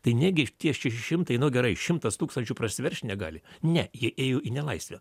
tai negi tie šeši šimtai nu gerai šimtas tūkstančių prasiveršt negali ne jie ėjo į nelaisvę